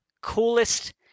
coolest